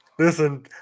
Listen